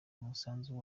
umusanzu